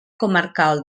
comarcal